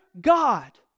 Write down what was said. God